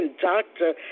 doctor